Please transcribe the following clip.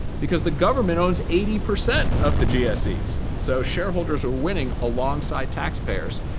because the government owns eighty percent of the gses. so shareholders are winning alongside taxpayers.